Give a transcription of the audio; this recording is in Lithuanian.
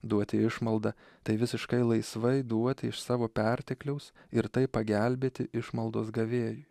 duoti išmaldą tai visiškai laisvai duoti iš savo pertekliaus ir taip pagelbėti išmaldos gavėjui